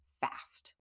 fast